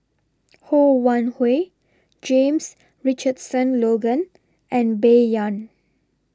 Ho Wan Hui James Richardson Logan and Bai Yan